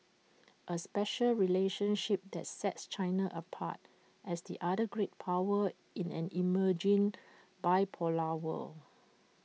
A special relationship that sets China apart as the other great power in an emerging bipolar world